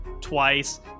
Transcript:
twice